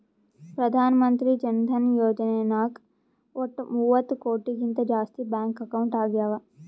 ಪ್ರಧಾನ್ ಮಂತ್ರಿ ಜನ ಧನ ಯೋಜನೆ ನಾಗ್ ವಟ್ ಮೂವತ್ತ ಕೋಟಿಗಿಂತ ಜಾಸ್ತಿ ಬ್ಯಾಂಕ್ ಅಕೌಂಟ್ ಆಗ್ಯಾವ